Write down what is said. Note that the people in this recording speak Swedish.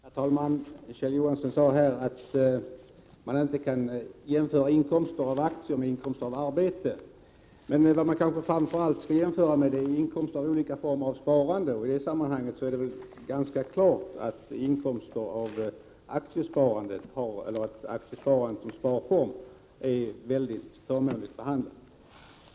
Herr talman! Kjell Johansson sade här att man inte kan jämföra inkomster av aktier med inkomster av arbete. Men vad man kanske framför allt skall jämföra med är inkomster av olika former av sparande. I det sammanhanget är det väl ganska klart att aktiesparandet som sparform är väldigt förmånligt behandlat.